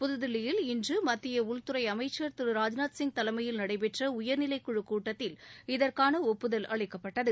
புதுதில்லியில் இன்று மத்திய உள்துறை அமைச்சா் திரு ராஜ்நாத் சிங் தலைமையில் நடைபெற்ற உயர்நிலைக்குழுக் கூட்டத்தில் இதற்கான ஒப்புதல் அளிக்கப்பட்டது